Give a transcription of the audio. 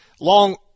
long